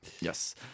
Yes